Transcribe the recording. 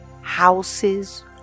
houses